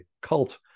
cult